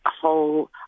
whole